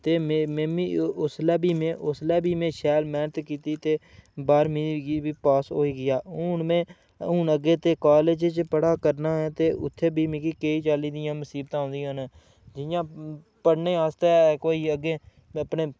ते में बी उसलै बी मेंं उसलै बी मे शैल मेह्नत कीती ते बाह्रमीं होई गेई बी पास होई गेआ हून में हून अग्गे ते कालज च पढ़ै करना ते उत्थें बी मिकी केईं चाल्ली दियां मुसीबतां आंदियां न जियां पढ़ने आस्तै कोई अग्गें अपने